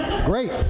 Great